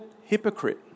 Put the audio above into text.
hypocrite